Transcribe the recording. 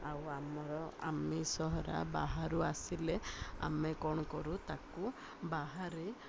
ଆଉ ଆମର ଆମିଷ ହେରା ବାହାରୁ ଆସିଲେ ଆମେ କ'ଣ କରୁ ତାକୁ ବାହାରେ